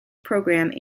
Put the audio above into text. programme